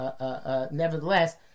nevertheless